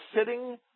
sitting